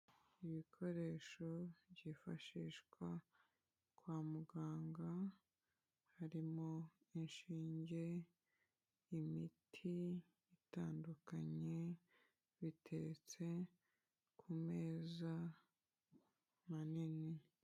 Ibikoresho byifashishwa kwa muganga, harimo inshinge, imiti itandukanye, biteretse ku meza manini.